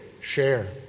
share